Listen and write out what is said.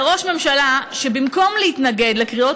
זה ראש ממשלה שבמקום להתנגד לקריאות